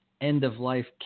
end-of-life